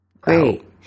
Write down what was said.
Great